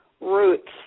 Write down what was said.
routes